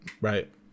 Right